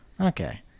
Okay